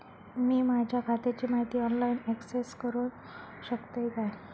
मी माझ्या खात्याची माहिती ऑनलाईन अक्सेस करूक शकतय काय?